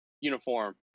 uniform